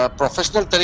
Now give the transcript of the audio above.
professional